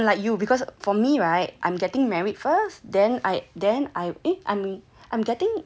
ya actually I'm like you yeah I I'm like you because for me right I'm getting married first then I then I eh I'm I'm getting